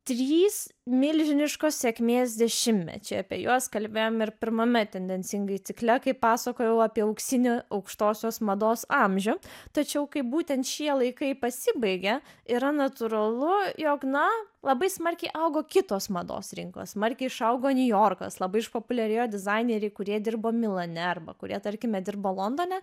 trys milžiniškos sėkmės dešimtmečiai apie juos kalbėjom ir pirmame tendencingai cikle kai pasakojau apie auksinį aukštosios mados amžių tačiau kai būtent šie laikai pasibaigė yra natūralu jog na labai smarkiai augo kitos mados rinkos smarkiai išaugo niujorkas labai išpopuliarėjo dizaineriai kurie dirbo milane arba kurie tarkime dirbo londone